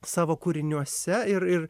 savo kūriniuose ir ir